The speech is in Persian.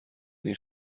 این